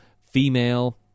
female